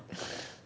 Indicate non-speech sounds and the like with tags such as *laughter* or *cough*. *laughs*